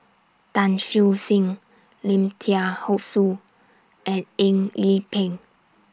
Tan Siew Sin Lim Thean whole Soo and Eng Yee Peng